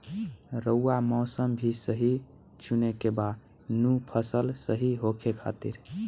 रऊआ मौसम भी सही चुने के बा नु फसल सही होखे खातिर